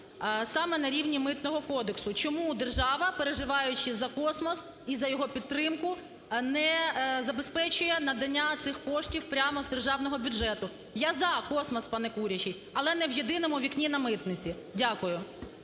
саме на рівні Митного кодексу. Чому держава, переживаючи за космос і за його підтримку, не забезпечує надання цих коштів прямо з державного бюджету. Я – за космос, пане Курячий, але не в "єдиному вікні" на митниці. Дякую.